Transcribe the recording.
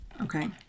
okay